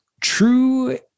true